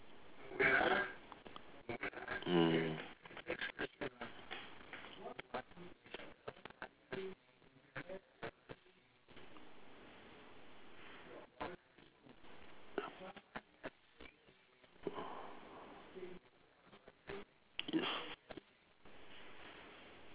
mm